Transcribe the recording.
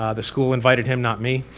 um the school invited him, not me.